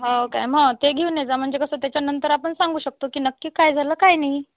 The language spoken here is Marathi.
हो काय मग ते घेऊन ये जा म्हणजे कसं त्याच्यानंतर आपण सांगू शकतो की नक्की काय झालं काय नाही